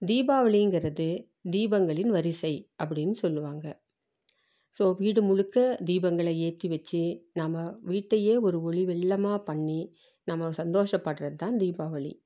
தீபாவளிங்கிறது தீபங்களின் வரிசை அப்படின் சொல்லுவாங்க ஸோ வீடு முழுக்க தீபங்களை ஏற்றி வெச்சு நம்ம வீட்டையே ஒரு ஒளி வெள்ளமாக பண்ணி நம்ம சந்தோஷப்படுறதுதான் தீபாவளி